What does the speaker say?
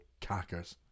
cackers